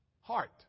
heart